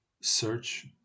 search